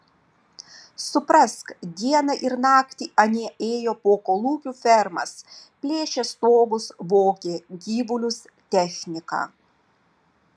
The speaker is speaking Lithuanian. suprask dieną ir naktį anie ėjo po kolūkių fermas plėšė stogus vogė gyvulius techniką